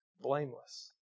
blameless